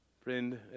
Friend